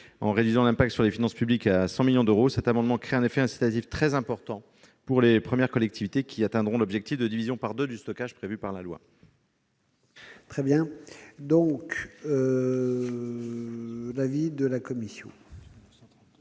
En réduisant l'impact sur les finances publiques à hauteur de 100 millions d'euros, cet amendement crée un effet incitatif très important pour les premières collectivités qui atteindront l'objectif de division par deux du stockage prévu par la loi. Quel est l'avis de la commission